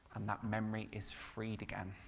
um that memory is freed again.